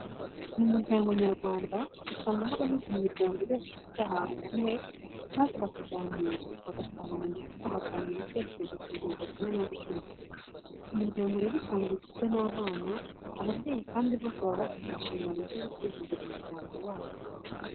Mu muryango nyarwanda, usanga habaho igihe imiryango yose ihurira ahantu hamwe maze bakaganira, bagasabana ndetse bagatanga ibitekerezo ku ngingo zimwe na zimwe. Umuryango rero usanga ugizwe n'abana, ababyeyi kandi bose baba bafite inshingano zo guteza imbere umuryango wabo.